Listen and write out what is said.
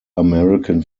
american